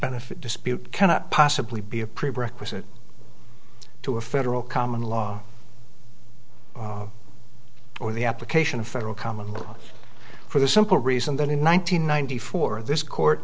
benefit dispute cannot possibly be a prerequisite to a federal common law or the application of federal common law for the simple reason that in one nine hundred ninety four this court